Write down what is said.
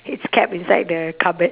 it's kept inside the cupboard